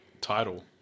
title